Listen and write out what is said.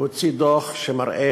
בבקשה.